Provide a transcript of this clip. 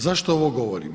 Zašto ovo govorim?